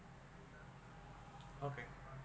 okay